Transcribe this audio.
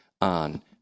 on